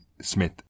Smith